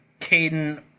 Caden